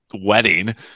wedding